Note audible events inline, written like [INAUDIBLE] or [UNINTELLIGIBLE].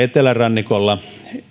[UNINTELLIGIBLE] etelärannikolla